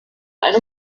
eine